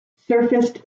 surfaced